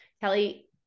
Kelly